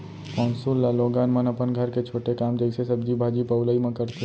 पौंसुल ल लोगन मन अपन घर के छोटे काम जइसे सब्जी भाजी पउलई म करथे